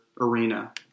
arena